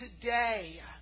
today